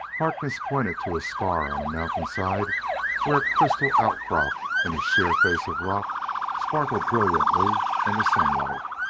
harkness pointed to a scar on a mountainside where a crystal outcrop in a sheer face of rock sparkled brilliantly in the sunlight.